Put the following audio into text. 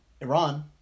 Iran